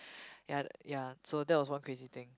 ya ya so that was one crazy thing